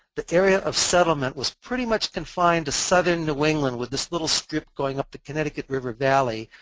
the area of settlement was pretty much confined to southern new england with this little strip going up the connecticut river valley,